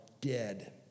dead